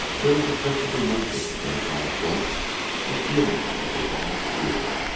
there was a catch of emotion in his own throat a feeling that was almost fear.